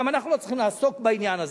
גם אנחנו לא צריכים לעסוק בעניין הזה.